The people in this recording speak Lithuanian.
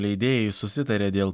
leidėjai susitarė dėl